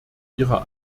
ihrer